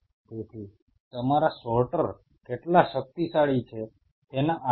તેથી તમારા સોર્ટર કેટલા શક્તિશાળી છે તેના આધારે